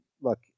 Look